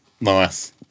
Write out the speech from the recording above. Nice